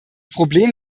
problem